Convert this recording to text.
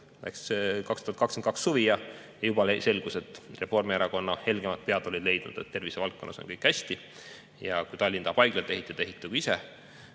Tuli 2022 suvi ja juba selgus, et Reformierakonna helgemad pead olid leidnud, et tervisevaldkonnas on kõik hästi, ja kui Tallinn tahab haiglat ehitada, siis ehitagu ise.